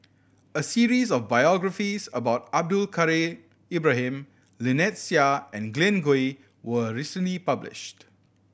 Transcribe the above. a series of biographies about Abdul Kadir Ibrahim Lynnette Seah and Glen Goei was recently published